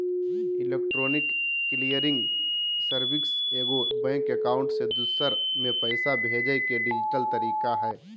electronic clearing service एगो bank account से दूसर में पैसा भेजय के डिजिटल तरीका हइ